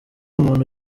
umuntu